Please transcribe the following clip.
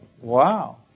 Wow